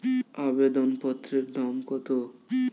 আবেদন পত্রের দাম কত?